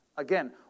Again